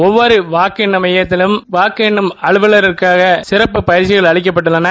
ஒல்வொரு வாக்கு எண்ணம் மையத்திலும் வாக்கு எண்ணம் அலுவலர்களுக்கு சிறப்பு பயிற்சிகள் அளிக்கப்பட்டுள்ளன